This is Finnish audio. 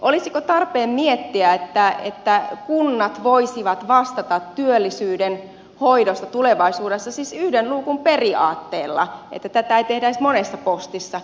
olisiko tarpeen miettiä että kunnat voisivat vastata työllisyyden hoidosta tulevaisuudessa siis yhden luukun periaatteella että tätä ei tehdä edes monessa postissa